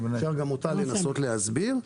אפשר גם אותה לנסות להסביר.